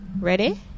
Ready